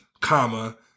comma